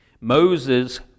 Moses